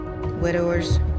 widowers